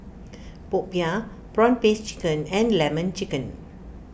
Popiah Prawn Paste Chicken and Lemon Chicken